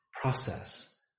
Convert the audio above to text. process